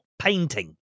painting